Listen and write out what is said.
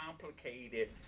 complicated